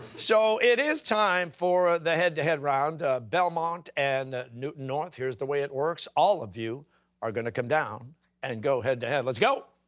so it is time for the head-to-head round. belmont and newton north, here's the way it works. all of you are going to come down and go head-to-head. let's go.